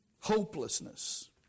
Hopelessness